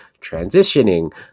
transitioning